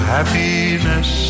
happiness